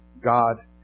God